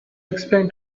explain